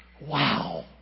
wow